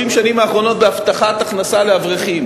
השנים האחרונות בהבטחת הכנסה לאברכים,